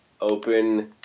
open